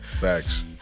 facts